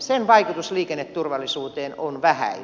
sen vaikutus liikenneturvallisuuteen on vähäinen